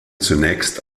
zunächst